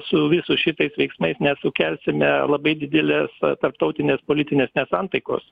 su visu šitais veiksmais nesukelsime labai didelės tarptautinės politinės nesantaikos